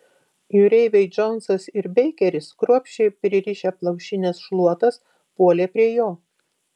jūreiviai džonsas ir beikeris kruopščiai pririšę plaušines šluotas puolė prie jo